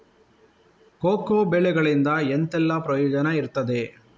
Cocoa ಬೆಳೆಗಳಿಂದ ಎಂತೆಲ್ಲ ಪ್ರಯೋಜನ ಇರ್ತದೆ?